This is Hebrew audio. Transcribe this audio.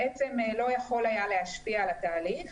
בעצם לא יכול היה להשפיע על התהליך.